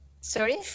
Sorry